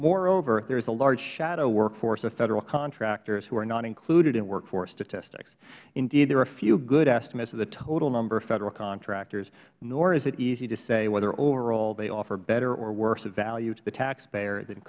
moreover there is a large shadow workforce of federal contractors who are not included in workforce statistics indeed there are few good estimates of the total number of federal contractors nor is it easy to say whether overall they offer better or worse value to the taxpayer th